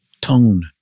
Tone